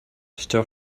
stir